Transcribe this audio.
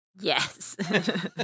Yes